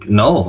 no